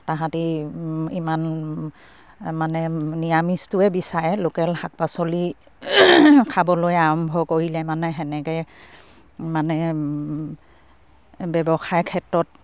তাহাঁতি ইমান মানে নিৰামিষটোৱে বিচাৰে লোকেল শাক পাচলি খাবলৈ আৰম্ভ কৰিলে মানে সেনেকে মানে ব্যৱসায় ক্ষেত্ৰত